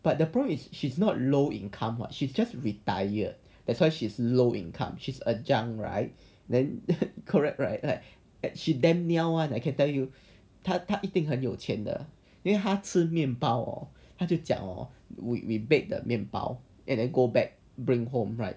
but the problem is she is not low income [what] she is just retired that's why she's low income she is a junk right then correct right and she damn niao [one] I can tell you 他他一定很有钱的因为他吃面包 hor 他就 hor we we bake 的面包 and go back bring home right